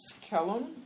Kellum